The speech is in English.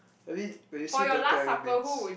I mean when you say don't tell you means